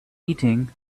eating